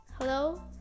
hello